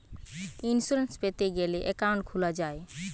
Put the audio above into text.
insurance পেতে গ্যালে account খুলা যায়